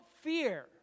fear